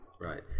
Right